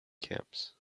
camps